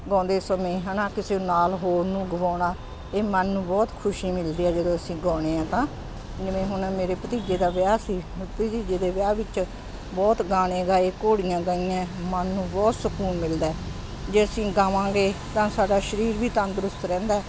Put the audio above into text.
ਗਾਉਂਦੇ ਸਮੇਂ ਹੈ ਨਾ ਕਿਸੇ ਨੂੰ ਨਾਲ ਹੋਰ ਨੂੰ ਗਵਾਉਣਾ ਇਹ ਮਨ ਨੂੰ ਬਹੁਤ ਖੁਸ਼ੀ ਮਿਲਦੀ ਹੈ ਜਦੋਂ ਅਸੀਂ ਗਾਉਣੇ ਹਾਂ ਤਾਂ ਜਿਵੇਂ ਹੁਣ ਮੇਰੇ ਭਤੀਜੇ ਦਾ ਵਿਆਹ ਸੀ ਭਤੀਜੇ ਦੇ ਵਿਆਹ ਵਿੱਚ ਬਹੁਤ ਗਾਣੇ ਗਾਏ ਘੋੜੀਆਂ ਗਾਈਆਂ ਮਨ ਨੂੰ ਬਹੁਤ ਸਕੂਨ ਮਿਲਦਾ ਜੇ ਅਸੀਂ ਗਾਵਾਂਗੇ ਤਾਂ ਸਾਡਾ ਸਰੀਰ ਵੀ ਤੰਦਰੁਸਤ ਰਹਿੰਦਾ